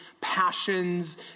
passions